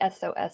SOS